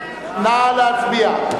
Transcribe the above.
נא להצביע.